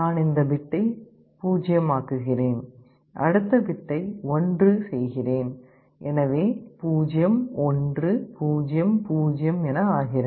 நான் இந்த பிட்டை 0 ஆக்குகிறேன் அடுத்த பிட்டை 1 செய்கிறேன் எனவே 0 1 0 0 என ஆகிறது